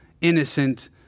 innocent